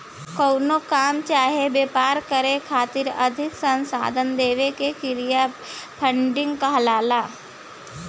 कवनो काम चाहे व्यापार करे खातिर आर्थिक संसाधन देवे के क्रिया फंडिंग कहलाला